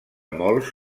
molts